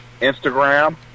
Instagram